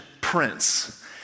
prince